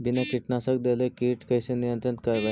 बिना कीटनाशक देले किट कैसे नियंत्रन करबै?